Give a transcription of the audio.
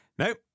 Nope